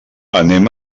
anem